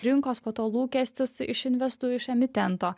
rinkos po to lūkestis iš investų iš emitento